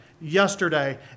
yesterday